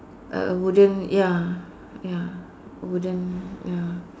a wooden ya ya a wooden ya